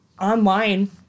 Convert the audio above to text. online